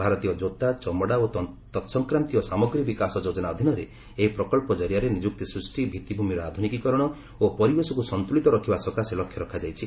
ଭାରତୀୟ କୋତା ଚମଡ଼ା ଓ ତତ୍ସଂକ୍ରାନ୍ତୀୟ ସାମଗ୍ରୀ ବିକାଶ ଯୋଜନା ଅଧୀନରେ ଏହି ପ୍ରକଳ୍ପ ଜରିଆରେ ନିଯୁକ୍ତି ସୃଷ୍ଟି ଭିଭିଭ୍ ମିର ଆଧୁନିକୀକରଣ ଓ ପରିବେଶକୁ ସନ୍ତୁଳିତ ରଖିବା ସକାଶେ ଲକ୍ଷ୍ୟ ରଖାଯାଇଛି